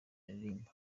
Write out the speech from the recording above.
aririmba